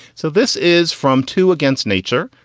so this is from two against nature,